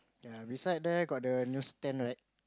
ya beside there got the newsstand right